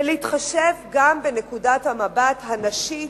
ולהתחשב גם בנקודת המבט הנשית,